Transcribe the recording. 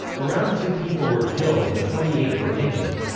around two people were killed and twenty eight were injured.